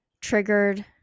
triggered